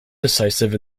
decisive